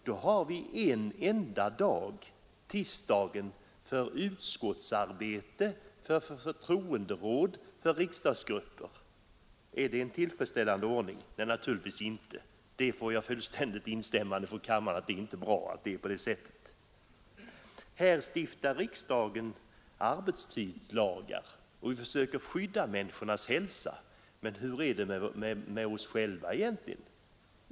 Vi har en enda dag, tisdagen, för utskottsarbete, för förtroenderåd och för riksdagsgrupper. Är det en tillfredsställande ordning? Naturligtvis inte. Där får jag instämmanden från kammaren om att det inte är bra. Riksdagen stiftar arbetstidslagar och försöker skydda människornas hälsa, men hur är det egentligen med oss själva?